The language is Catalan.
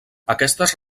aquestes